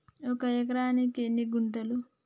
ఒక ఎకరానికి ఎన్ని గుంటలు?